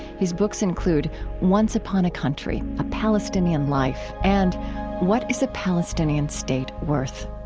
his books include once upon a country a palestinian life and what is a palestinian state worth?